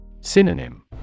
Synonym